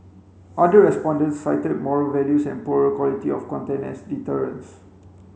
other respondents cited moral values and poorer quality of content as deterrents